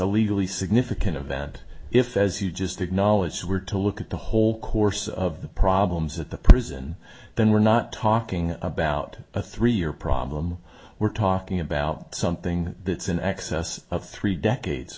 legally significant event if as you just acknowledged were to look at the whole course of the problems at the prison then we're not talking about a three year problem we're talking about something that's in excess of three decades